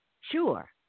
Sure